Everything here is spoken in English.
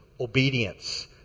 obedience